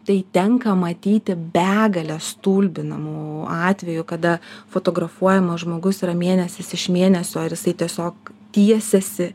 tai tenka matyti begalę stulbinamų atvejų kada fotografuojamas žmogus yra mėnesis iš mėnesio ar jisai tiesiog tiesiasi